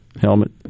helmet